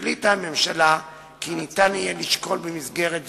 החליטה הממשלה כי יהיה אפשר לשקול במסגרת זאת,